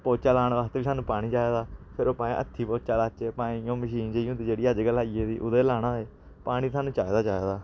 पोचा लान आस्ते बी सानूं पानी चाहिदा फिर ओह् भाएं हत्थी पोचा लाचे भाएं ओह् मशीन जेही होंदी ऐ जेह्ड़ी अजकल्ल आई गेदी ओह्दे नै लाना होए पानी सानूं चाहिदा चाहिदा